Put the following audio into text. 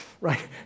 right